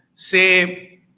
say